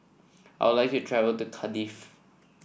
I would like to travel to Cardiff